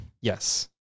Yes